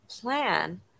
plan